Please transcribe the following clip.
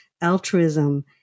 altruism